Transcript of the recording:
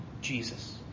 Jesus